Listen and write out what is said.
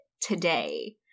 today